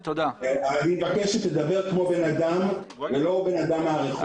אני מבקש שתדבר כמו בן אדם, לא כמו בן אדם מהרחוב.